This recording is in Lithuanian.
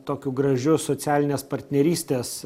tokiu gražiu socialinės partnerystės